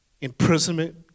imprisonment